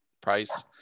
price